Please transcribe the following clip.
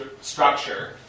structure